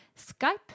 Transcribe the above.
Skype